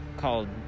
Called